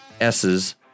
s's